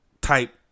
type